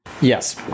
Yes